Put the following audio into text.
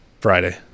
Friday